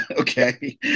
Okay